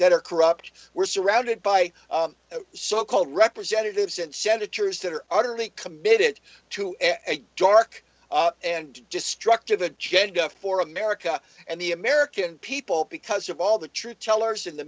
that are corrupt we're surrounded by so called representatives and senators that are utterly committed to a dark and destructive agenda for america and the american people because of all the truth tellers in the